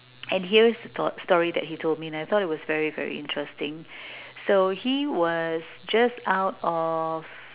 and here is the stor~ story that he told me and I thought it was very very interesting so he was just out of